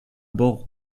bord